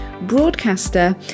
broadcaster